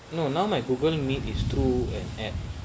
no now my google meet is to an app